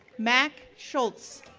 mack schulze,